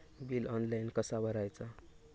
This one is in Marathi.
बिल ऑनलाइन कसा भरायचा?